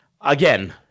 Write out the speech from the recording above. again